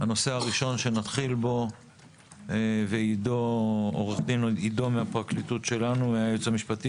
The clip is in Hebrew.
הנושא הראשון שנתחיל בו ועורך הדין עידו מהייעוץ המשפטי